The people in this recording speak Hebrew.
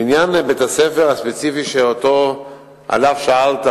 לעניין בית-הספר הספציפי שעליו שאלת,